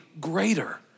greater